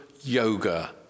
yoga